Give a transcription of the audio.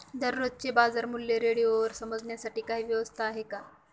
दररोजचे बाजारमूल्य रेडिओवर समजण्यासाठी काही व्यवस्था आहे का?